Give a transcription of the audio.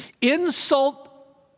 Insult